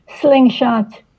slingshot